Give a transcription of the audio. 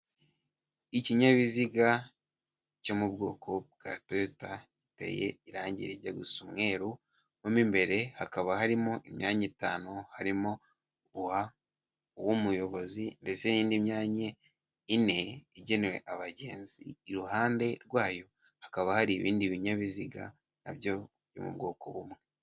Ikinyabiziga cyo mu bwoko bwa toyota giteye irangi rijya gusa umweru, mo imbere hakaba harimo imyanya itanu harimo uw'umuyobozi ndetse n'indi myanya ine igenewe abagenzi, iruhande rwayo hakaba hari ibindi binyabiziga na byo biri mu bwoko bumwe.